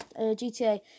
GTA